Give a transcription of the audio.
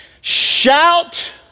Shout